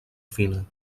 fina